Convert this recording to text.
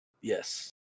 Yes